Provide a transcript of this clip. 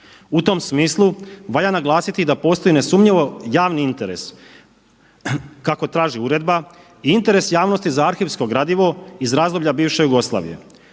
U tom smislu valja naglasiti i da postoji nesumnjivo javni interes kako traži uredba i interes javnosti za arhivsko gradivo iz razdoblja bivše Jugoslavije.